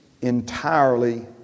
entirely